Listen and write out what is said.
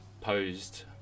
posed